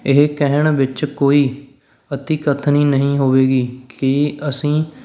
ਇਹ ਕਹਿਣ ਵਿੱਚ ਕੋਈ ਅਤੀਕਥਨੀ ਨਹੀਂ ਹੋਵੇਗੀ ਕਿ ਅਸੀਂ